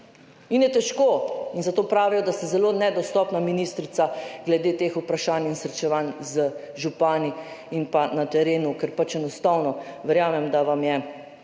In je težko in zato pravijo, da ste zelo nedostopna ministrica glede teh vprašanj in srečevanj z župani in pa na terenu, ker pač enostavno verjamem, da vam je